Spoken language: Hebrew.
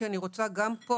כי אני רוצה גם פה,